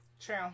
True